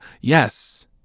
Yes